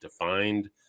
defined